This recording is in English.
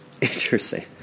Interesting